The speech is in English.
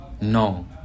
No